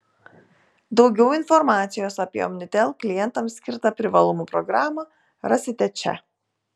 daugiau informacijos apie omnitel klientams skirtą privalumų programą rasite čia